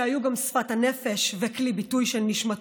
שהיו גם שפת הנפש וכלי ביטוי של נשמתו.